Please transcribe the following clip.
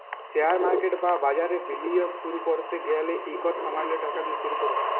share market বা বাজারে বিলিয়গ শুরু ক্যরতে গ্যালে ইকট সামাল্য টাকা দিঁয়ে শুরু কর